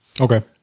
okay